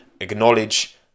acknowledge